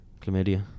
Chlamydia